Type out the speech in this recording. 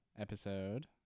Episode